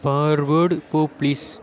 forward போ please